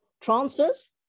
transfers